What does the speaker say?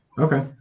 Okay